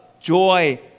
joy